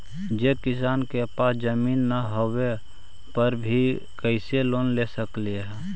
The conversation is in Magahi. जे किसान के पास जमीन न होवे पर भी कैसे लोन ले सक हइ?